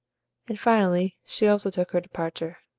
and finally she also took her departure.